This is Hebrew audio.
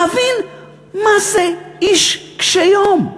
להבין מה זה איש קשה יום,